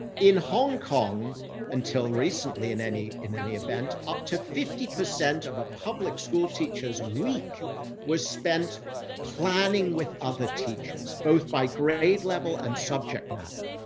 in hong kong until recently in any, in any event up to fifty percent of a public-school teachers' week was spent planning with other teachers, both by grade level and subject matter.